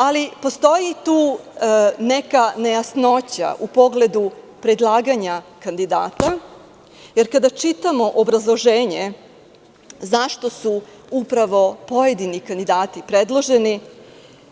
Ali, postoji tu neka nejasnoća u pogledu predlaganja kandidata, jer kada čitamo obrazloženje zašto su upravo pojedini kandidati predloženi,